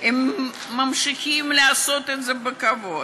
הם ממשיכים לעשות את זה בכבוד.